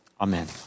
Amen